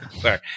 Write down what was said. sorry